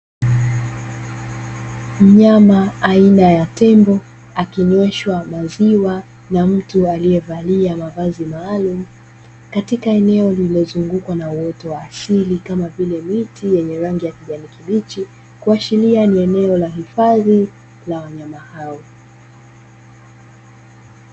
Mnyama aina ya tembo, akinyweshwa maziwa na mtu aliyevalia mavazi maalumu, katika eneo lililozungukwa na uoto wa asili; kama vile miti yenye rangi ya kibichi kuashiria ni eleo la hifadhi la wanyama hao.